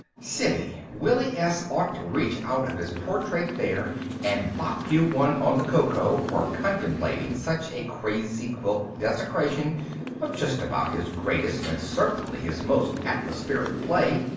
siddy, willy s. ought to reach out of his portrait there and bop you one on the koko for contemplating such a crazy-quilt desecration of just about his greatest and certainly his most atmospheric play.